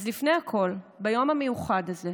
אז לפני הכול, ביום המיוחד הזה,